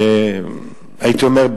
הייתי אומר,